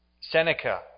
Seneca